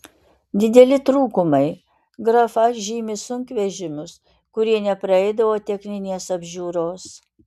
dideli trūkumai grafa žymi sunkvežimius kurie nepraeidavo techninės apžiūros